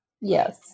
Yes